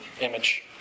image